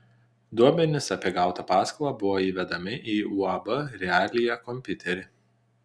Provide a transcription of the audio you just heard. duomenys apie gautą paskolą buvo įvedami į uab realija kompiuterį